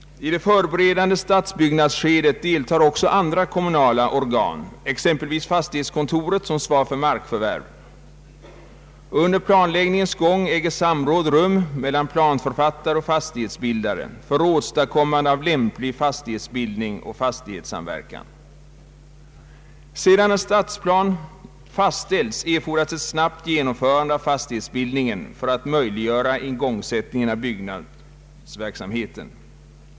I det förberedande <stadsbyggnadsskedet «deltar också andra kommunala organ, exempelvis fastighetskontoret som svarar för markförvärv. Under planläggningens gång äger samråd rum mellan planförfattare och fastighetsbildare för åstadkommande av lämplig fastighetsbildning och fastighetssamverkan. Sedan en stadsplan fastställts erfordras ett snabbt genomförande av fastighetsbildningen för att möjliggöra igångsättning av byggnadsverksamheten.